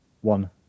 one